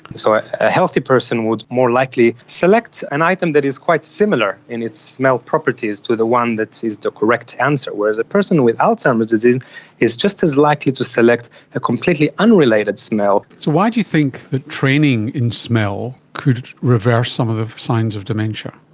so ah a healthy person would more likely select an item that is quite similar in its smell properties to the one that is the correct answer, whereas a person with alzheimer's disease is just as likely to select a completely unrelated smell. so why do you think that training in smell could reverse some of the signs of dementia?